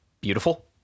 beautiful